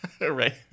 Right